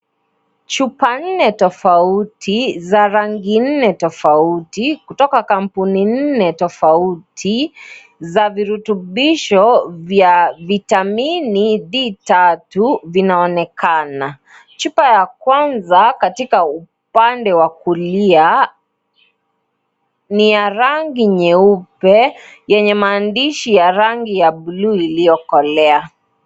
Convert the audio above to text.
Chupa nne tofauti za rangi nne tofauti kutoka kampuni nne tofauti za virutubisho vya vitamini D tatu vinaonekana chupa ya kwanza katika upande wa kulia ni ya rangi nyeupe yenye maandishi ya rangi ya bluu iliyokolea.